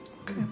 Okay